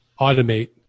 Automate